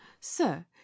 sir